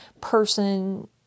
person